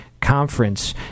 Conference